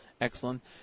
Excellent